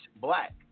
Black